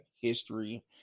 history